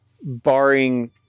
barring